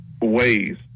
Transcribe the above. Ways